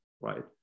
Right